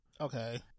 okay